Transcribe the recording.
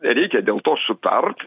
reikia dėl to sutart